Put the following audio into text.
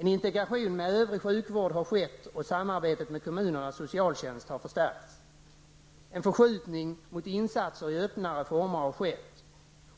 En integration med övrig hälso och sjukvård har skett och samarbetet med kommunernas socialtjänst har förstärkts. En förskjutning mot insatser i öppnare former har skett.